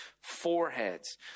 foreheads